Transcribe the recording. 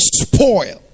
spoil